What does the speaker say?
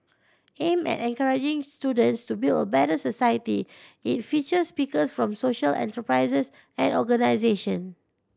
aimed at encouraging students to build a better society it features speakers from social enterprises and organisation